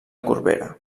corbera